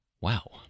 Wow